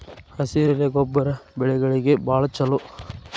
ಹಸಿರೆಲೆ ಗೊಬ್ಬರ ಬೆಳೆಗಳಿಗೆ ಬಾಳ ಚಲೋ